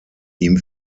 ihm